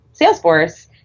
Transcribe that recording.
Salesforce